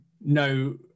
no